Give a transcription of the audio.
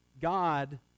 God